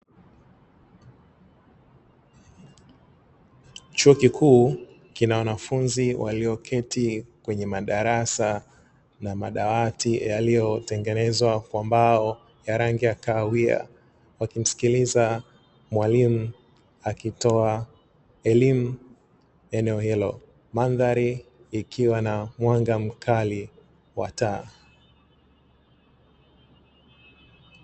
Chuo kikuu kina wanafunzi walioketi kwenye madarasa na madawati yaliyotengenezwa kwa mbao ya rangi ya kahawia, wakimsikiliza mwalimu akitoa elimu eneo hilo. Mandhari ikiwa na mwanga mkali wa taa.